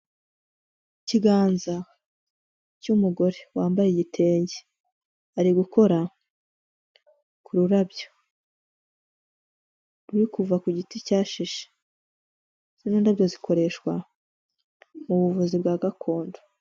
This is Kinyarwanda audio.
Ikiganza cy'umugore wambaye igitenge, ari gukora ku rurabyo, ruri kuva ku giti cyashishe, zino ndabyo zikoreshwa mu buvuzi bwa gakondo.